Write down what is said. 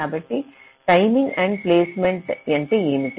కాబట్టి timing end point ఏమిటి